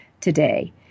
today